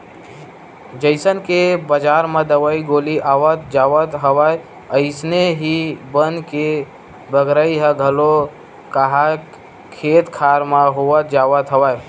जइसन के बजार म दवई गोली आवत जावत हवय अइसने ही बन के बगरई ह घलो काहक खेत खार म होवत जावत हवय